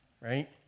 right